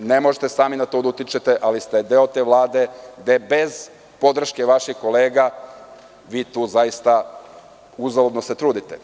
Ne možete sami na to da utičete, ali ste deo te Vlade gde se bez podrške vaših kolega vi tu zaista uzaludno trudite.